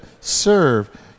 serve